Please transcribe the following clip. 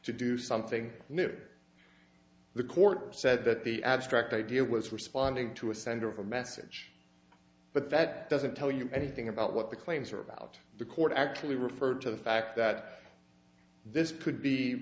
to do something new the court said that the abstract idea was responding to a sender of a message but that doesn't tell you anything about what the claims are about the court actually referred to the fact that this could be